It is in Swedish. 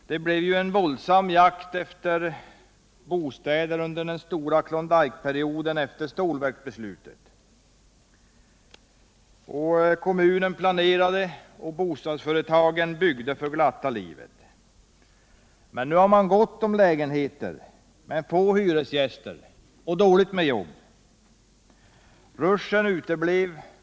Det blev en våldsam jakt efter bostäder under den stora Klondykeperioden efter stålverksbeslutet. Kommunen planerade och bostadsföretagen byggde för glatta livet. Nu har man gott om lägenheter men få hyresgäster — och dåligt med jobb. Ruschen uteblev.